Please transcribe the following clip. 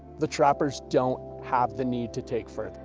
the trappers don't have the need to take fur.